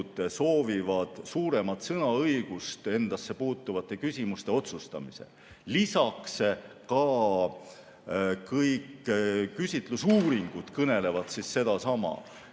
soovivad suuremat sõnaõigust endasse puutuvate küsimuste otsustamisel. Lisaks kõik küsitlusuuringud, eri aegadel